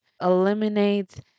Eliminate